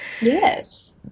Yes